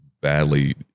badly